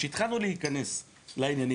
כשהתחלנו להיכנס לעניינים,